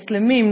מוסלמים,